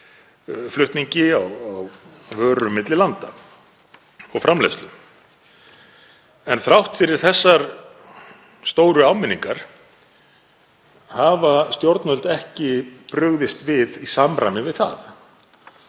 flutningi á vörum milli landa og framleiðslu. Þrátt fyrir þessar stóru áminningar hafa stjórnvöld ekki brugðist við í samræmi við það.